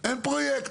אין פרויקט.